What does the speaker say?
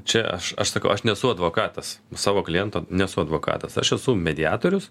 čia aš aš sakau aš nesu advokatas savo kliento nesu advokatas aš esu mediatorius